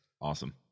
awesome